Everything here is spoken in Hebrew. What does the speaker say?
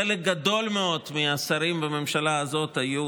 חלק גדול מאוד מהשרים בממשלה הזאת היו